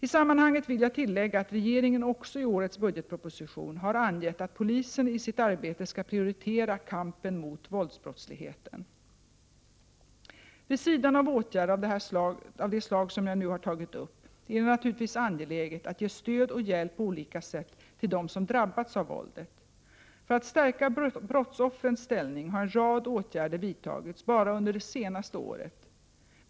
I sammanhanget vill jag tillägga att regeringen också i årets budgetproposition har angett att polisen i sitt arbete skall prioritera kampen mot våldsbrottsligheten. Vid sidan av åtgärder av det slag som jag nu har tagit upp är det naturligtvis angeläget att ge stöd och hjälp på olika sätt till dem som drabbats av våldet. För att stärka brottsoffrens ställning har en rad åtgärder vidtagits bara under det senaste året.